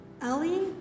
Ellie